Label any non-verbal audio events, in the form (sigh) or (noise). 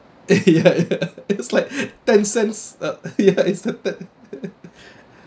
(laughs) ya ya it's like ten cents uh ya it's the ten (laughs)